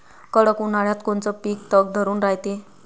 कडक उन्हाळ्यात कोनचं पिकं तग धरून रायते?